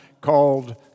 called